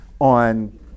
on